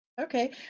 okay